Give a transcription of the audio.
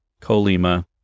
Colima